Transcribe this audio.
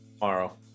Tomorrow